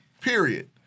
period